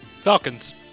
Falcons